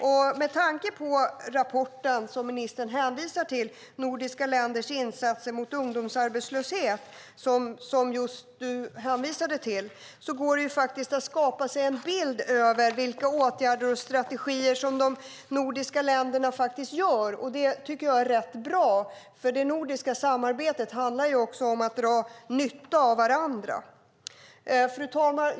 Med hjälp av den rapport ministern hänvisar till om de nordiska ländernas insatser mot arbetslöshet går det att skapa sig en bild av vilka åtgärder och strategier som de nordiska länderna gör. Det är bra. Det nordiska samarbetet handlar ju också om att dra nytta av varandra. Fru talman!